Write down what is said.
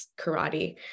karate